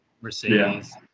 Mercedes